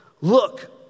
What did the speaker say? look